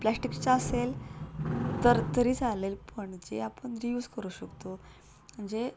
प्लॅस्टिकचा असेल तर तरी चालेल पण जे आपण रीयूज करू शकतो म्हणजे